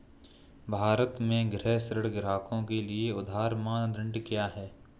भारत में गृह ऋण ग्राहकों के लिए उधार मानदंड क्या है?